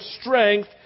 strength